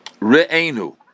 Re'enu